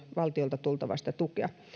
valtiolta on tultava sitä tukea